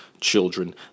children